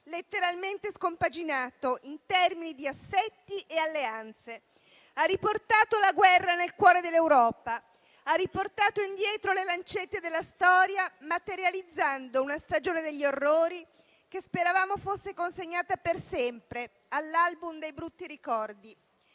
letteralmente scompaginato in termini di assetti e alleanze; ha riportato la guerra nel cuore dell'Europa; ha riportato indietro le lancette della storia, materializzando una stagione degli orrori che speravamo fosse consegnata per sempre all'*album* dei brutti ricordi.